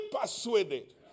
persuaded